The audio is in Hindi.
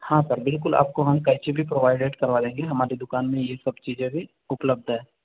हाँ सर बिल्कुल आपको हम कैंची भी प्रोवाइडेड करवा देंगे हमारी दुकान में यह सब चीज़े भी उपलब्ध है